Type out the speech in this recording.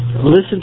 listen